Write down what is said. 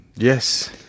Yes